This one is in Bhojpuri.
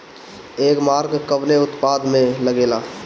एगमार्क कवने उत्पाद मैं लगेला?